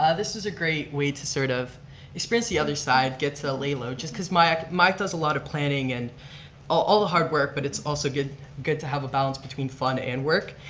ah this was a great way to sort of experience the other side, get to lay low, just cause myac myac does a lot of planning and all the hard work, but it's also good good to have a balance between fun and work.